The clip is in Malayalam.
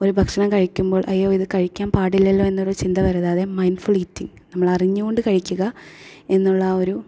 ഒരു ഭക്ഷണം കഴിക്കുമ്പോൾ അയ്യോ ഇത് കഴിക്കാൻ പാടില്ലല്ലോ എന്നൊരു ചിന്ത വരരുതാതെ മൈൻഫുൾ ഈറ്റിംഗ് നമ്മൾ അറിഞ്ഞു കൊണ്ടു കഴിക്കുക എന്നുള്ള ആ ഒരു